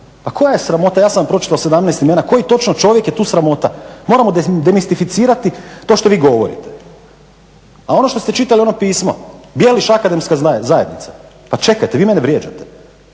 Pa koja sramota? Ja sam pročitao 17 imena, koji točno čovjek je tu sramota. Moramo demistificirati to što vi govorite. A ono što ste čitali ono pismo, Bjeliš akademska zajednica, pa čekajte vi mene vrijeđate.